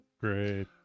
Great